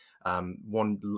One